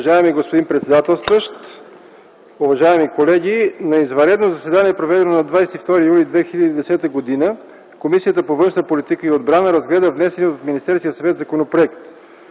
Уважаема госпожо председател, уважаеми колеги! „На редовно заседание, проведено на 30 юни 2010 г., Комисията по външна политика и отбрана разгледа внесения от Министерския съвет законопроект.